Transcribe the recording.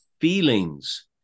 feelings